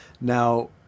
now